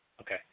okay